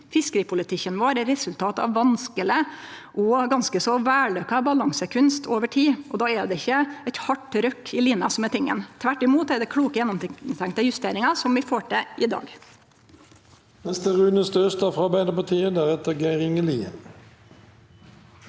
Fiskeripolitikken vår er resultat av ein vanskeleg og ganske så vellukka balansekunst over tid, og då er det ikkje eit hardt rykk i lina som er tingen. Tvert imot er det kloke, gjennomtenkte justeringar, som vi får til i dag.